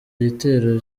gitero